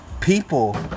people